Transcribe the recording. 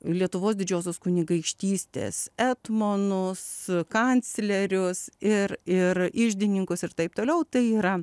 lietuvos didžiosios kunigaikštystės etmonus kanclerius ir ir iždininkus ir taip toliau tai yra